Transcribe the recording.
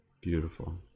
beautiful